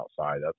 outside